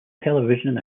television